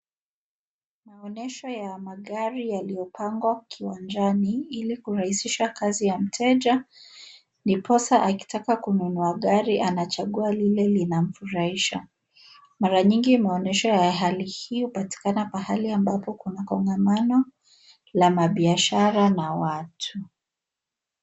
Maonyesho ya magari yaliyopangwa kiwanjani ili kurahisisha kazi ya mteja, ndiposa akitaka kununua gari anachagua lile linamfurahisha. Mara nyingi maonyesho ya hali hiyo upatikana mahali ambapo kuna kongamano la mabiashara na watu.